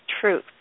truth